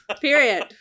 period